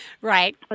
Right